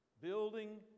Building